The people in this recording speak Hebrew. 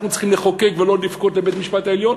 אנחנו צריכים לחוקק ולא לבכות בבית-המשפט העליון.